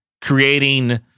creating